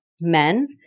men